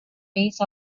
base